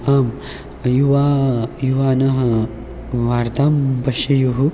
आं युवा युवानः वार्तां पश्येयुः